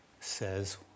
says